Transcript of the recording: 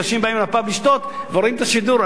אנשים באים לפאב לשתות ורואים את השידור,